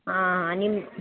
ಹಾಂ ಹಾಂ ನಿಮ್ಮ